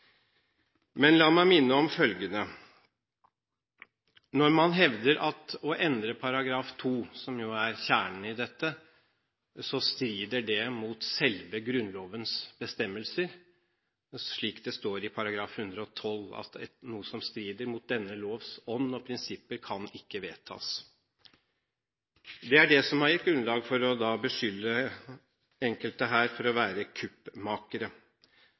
Men la meg minne om følgende: Når man hevder at å endre § 2, som jo er kjernen i dette, strider det mot selve Grunnlovens bestemmelser, slik det står i § 112, altså at noe som strider mot denne lovs ånd og prinsipper, ikke kan vedtas. Det er det som har gitt grunnlag for å beskylde enkelte her for å være kuppmakere.